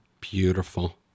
Beautiful